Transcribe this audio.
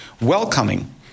welcoming